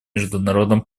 международном